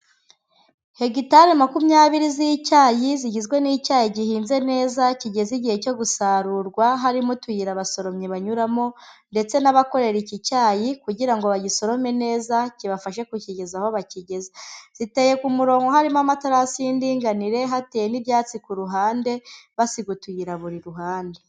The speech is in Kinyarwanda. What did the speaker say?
Hegitari makumyabiri z'icyayi, zigizwe n'icyayi gihinze neza kigeze igihe cyo gusarurwa, harimo utuyira abasoromyi banyuramo ndetse n'abakorera iki cyayi kugira ngo bagisorome neza, kibafashe kukigeza aho bakigeze, ziteye ku murongo harimo amaterasi y'indinganire, hateye n'ibyatsi ku ruhande, basiga utuyira buri ruhande.